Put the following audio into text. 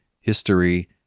History